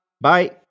Bye